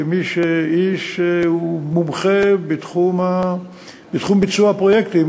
כאיש שהוא מומחה בתחום ביצוע הפרויקטים,